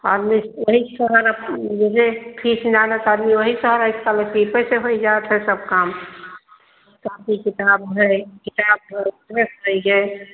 और शहर अप मुझे फीस वही शहर है स्कालर्शिपै से होई जावत है सब काम कॉपी किताब है किताब